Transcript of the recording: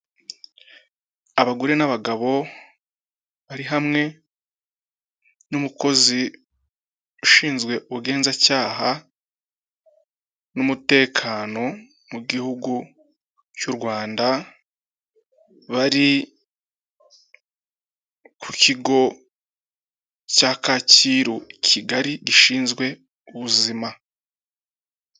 Abagore n'abagabo bari hamwe n'umukozi ushinzwe ubugenzacyaha n'umutekano mu gihugu cy'u Rwanda, bari ku kigo cya Kacyiru i Kigali gishinzwe ubuzima.